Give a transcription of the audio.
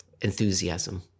enthusiasm